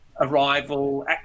arrival